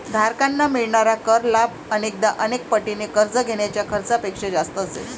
धारकांना मिळणारा कर लाभ अनेकदा अनेक पटीने कर्ज घेण्याच्या खर्चापेक्षा जास्त असेल